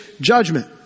judgment